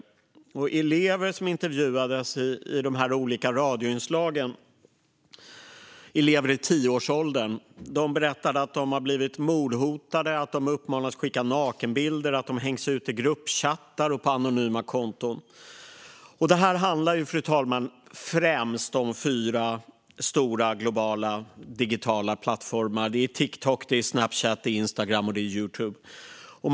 Elever i tioårsåldern som intervjuades i de olika radioinslagen berättade att de har blivit mordhotade, att de uppmanats att skicka nakenbilder och att de hängts ut i gruppchattar och på anonyma konton. Fru talman! Det här handlar främst om fyra stora globala digitala plattformar. Det är Tiktok, Snapchat, Instagram och Youtube.